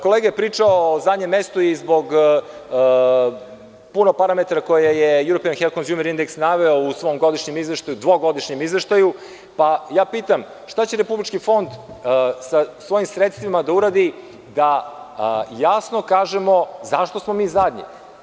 Kolega je pričao o zadnjem mestu i o puno parametara koje je „European Health Consumer Index“ naveo u svom dvogodišnjem izveštaju, pa ja pitam šta će Republički fond sa svojim sredstvima da uradi da jasno kažemo zašto smo mi zadnji?